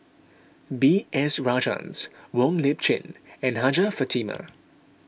B S Rajhans Wong Lip Chin and Hajjah Fatimah